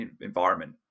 environment